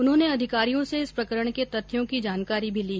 उन्होंने अधिकारियों से इस प्रकरण के तथ्यों की जानकारी ली